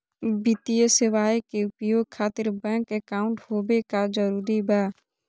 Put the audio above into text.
वित्तीय सेवाएं के उपयोग खातिर बैंक अकाउंट होबे का जरूरी बा?